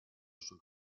sul